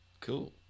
cool